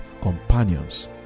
companions